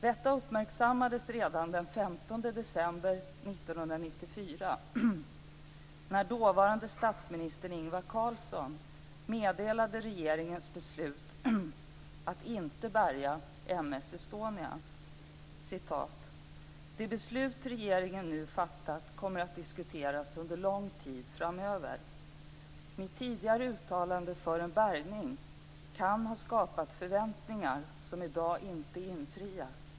Detta uppmärksammades redan den 15 december 1994, när dåvarande statsminister Ingvar Carlsson meddelade regeringens beslut att inte bärga M/S Estonia: "Det beslut regeringen nu fattat kommer att diskuteras under lång tid framöver. Mitt tidigare uttalande för en bärgning kan ha skapat förväntningar som i dag inte infrias.